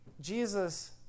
Jesus